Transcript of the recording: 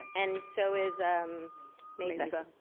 and so is mesa.